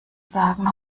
sagen